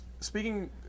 Speaking